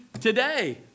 today